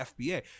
FBA